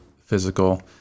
physical